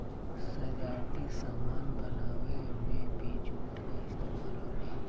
सजावटी सामान बनावे में भी जूट क इस्तेमाल होला